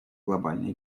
глобальной